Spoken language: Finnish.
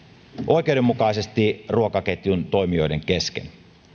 oikeudenmukaisesti ruokaketjun toimijoiden kesken